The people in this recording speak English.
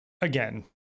again